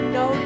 no